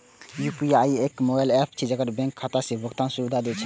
UPI एके mobile app मे अनेक बैंकक खाता सं भुगतान सुविधा दै छै